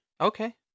Okay